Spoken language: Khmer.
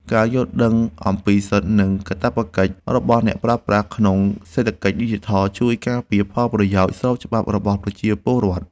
ការយល់ដឹងអំពីសិទ្ធិ និងកាតព្វកិច្ចរបស់អ្នកប្រើប្រាស់ក្នុងសេដ្ឋកិច្ចឌីជីថលជួយការពារផលប្រយោជន៍ស្របច្បាប់របស់ប្រជាពលរដ្ឋ។